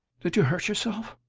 did you hurt yourself?